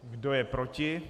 Kdo je proti?